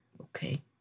Okay